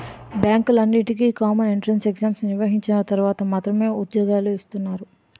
బ్యాంకులన్నింటికీ common entrance exam నిర్వహించిన తర్వాత మాత్రమే ఉద్యోగాలు ఇస్తున్నారు